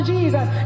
Jesus